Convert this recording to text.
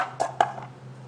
מכן שהגיעה הי